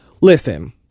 listen